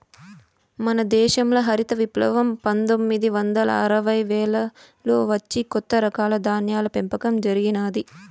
మన దేశంల హరిత విప్లవం పందొమ్మిది వందల అరవైలలో వచ్చి కొత్త రకాల ధాన్యాల పెంపకం జరిగినాది